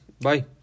bye